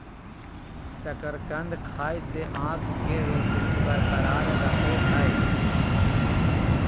शकरकंद खाय से आंख के रोशनी बरकरार रहो हइ